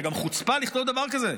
זו גם חוצפה לכתוב דבר כזה,